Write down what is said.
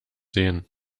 sehen